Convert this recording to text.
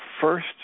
first